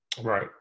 Right